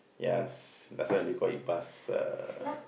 ya that's why I only call you pass a